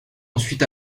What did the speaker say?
ensuite